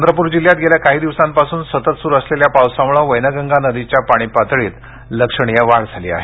चंद्रपूर जिल्ह्यात गेल्या काही दिवसापासून सतत सुरू असलेल्या पावसामुळे वैनगंगा नदीच्या पाणी पातळीत लक्षणीय वाढ झाली आहे